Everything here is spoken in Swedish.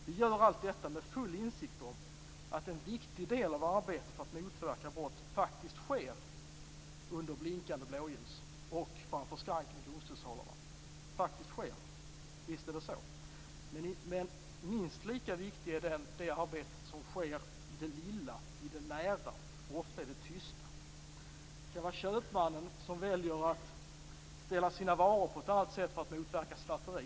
Vi gör allt detta med full insikt om att en viktig del av arbetet för att motverka brott faktiskt sker under blinkande blåljus och inför skranket i domstolssalarna. Visst är det så. Men minst lika viktigt är det arbete som sker i det lilla, i det nära och ofta i det tysta. Det kan vara köpmannen som väljer att ställa sina varor på ett annat sätt för att motverka snatteri.